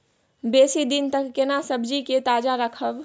बेसी दिन तक केना सब्जी के ताजा रखब?